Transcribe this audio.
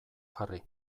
jarri